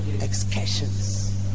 excursions